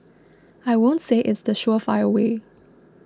I won't say it's the surefire way